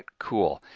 cool.